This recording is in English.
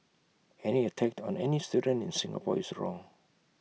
any attack on any student in Singapore is wrong